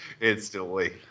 instantly